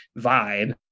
vibe